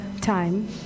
Time